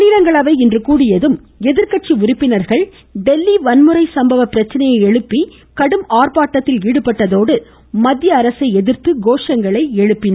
மாநிலங்களவை இன்று கூடியதும் எதிர்கட்சி உறுப்பினர்கள் டெல்லி வன்முறை சம்பவ பிரச்சனையை எழுப்பி கடும் ஆர்ப்பாட்டத்தில் ஈடுபட்டதோடு மத்திய அரசை எதிர்த்து கோஷங்களை எழுப்பின